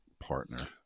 partner